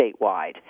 statewide